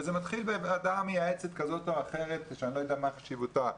וזה מתחיל בוועדה מייעצת כזאת או אחרת שאני לא יודע מה חשיבותה.